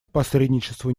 посредничеству